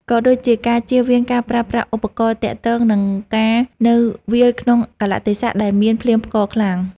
ក៏ដូចជាការជៀសវាងការប្រើប្រាស់ឧបករណ៍ទាក់ទង និងការនៅវាលក្នុងកាលៈទេសៈដែលមានភ្លៀងផ្គរខ្លាំង។